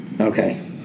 Okay